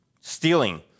stealing